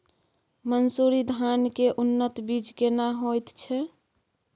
मन्सूरी धान के उन्नत बीज केना होयत छै?